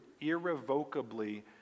irrevocably